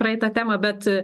praeitą temą bet